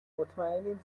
مطمئنیم